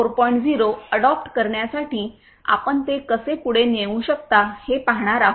0 adopt करण्यासाठी आपण ते कसे पुढे नेऊ शकतो हे पाहणार आहोत